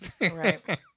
Right